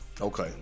okay